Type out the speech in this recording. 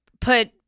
put